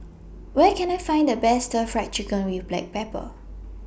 Where Can I Find The Best Stir Fried Chicken with Black Pepper